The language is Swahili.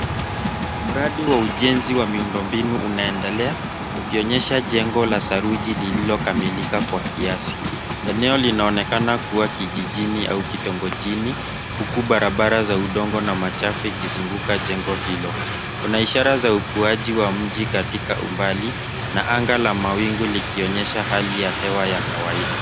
Mradi wa ujenzi wa miundombinu inaendelea ukionyesha jengo la saruji lililokamilika kwa kiasi. Eneo linaonekana kuwa kijijini au kitongojini huku barabara za udongo na machafu ikizunguka jengo hilo. Kuna ishara za ukuaji wa mji katika umbali na anga la mawingi likionyesha hali ya hewa ya kawaida.